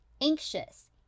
anxious